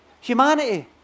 Humanity